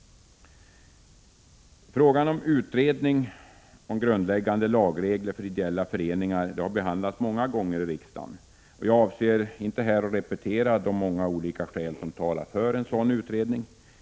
Frågan om utredning om grundläggande lagregler för ideella föreningar har behandlats många gånger i riksdagen, och jag avser inte att här repetera de många olika skäl som talar för en sådan utredning.